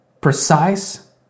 precise